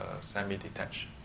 semi-detached